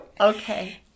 Okay